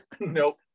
Nope